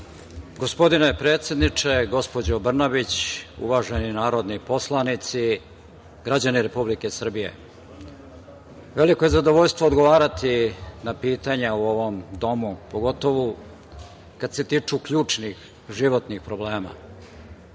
Gospodine predsedniče, gospođo Brnabić, uvaženi narodni poslanici, građani Republike Srbije, veliko je zadovoljstvo odgovarati na pitanja u ovom domu, pogotovu kada se tiču ključnih životnih problema. Gospodin